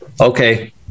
okay